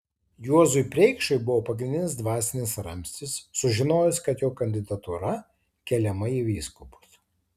juozui preikšui buvo pagrindinis dvasinis ramstis sužinojus kad jo kandidatūra keliama į vyskupus